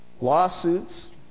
Lawsuits